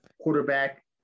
quarterback